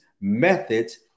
methods